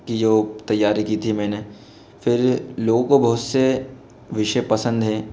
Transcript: कि जो तैयारी की थी मैंने फ़िर लोगों को बहुत से विषय पसंद हैं